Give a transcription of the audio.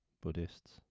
buddhists